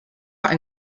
ein